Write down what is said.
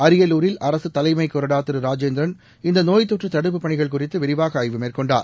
அரியலூரில் அரசு தலைமை கொறடா திரு ராஜேந்திரன் இந்த நோய் தொற்று தடுப்புப் பணிகள் குறித்து விரிவாக ஆய்வு மேற்கொண்டர்